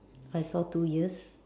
I saw two ears